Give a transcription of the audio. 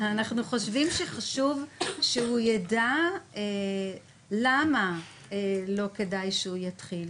אנחנו חושבים שחשוב שהוא יידע למה לא כדאי שהוא יתחיל,